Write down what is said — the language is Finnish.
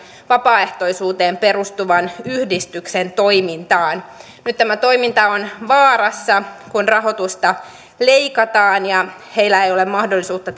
vapaaehtoisuuteen perustuvan yhdistyksen toimintaan nyt tämä toiminta on vaarassa kun rahoitusta leikataan ja heillä ei ole mahdollisuutta